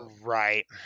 right